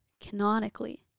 canonically